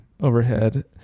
overhead